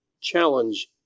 challenge